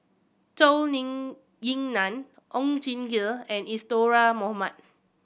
Zhou Ying Nan Oon Jin and Isadhora Mohamed